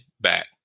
back